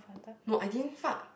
no I didn't fart